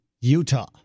Utah